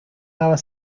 hour